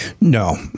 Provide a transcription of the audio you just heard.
No